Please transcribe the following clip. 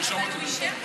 הוא אישר לנו.